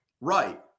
Right